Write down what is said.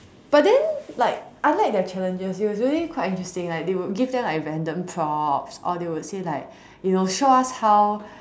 but then like I like their challenges it was really quite interesting like they would like give them like random props or they would say like you know show us how